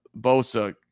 Bosa